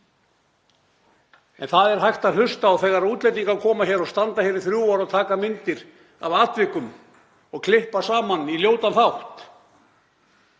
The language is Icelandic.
En það er hægt að hlusta þegar útlendingar koma hingað og standa í þrjú ár og taka myndir af atvikum og klippa saman á ljótan hátt.